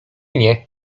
nie